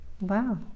Wow